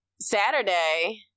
saturday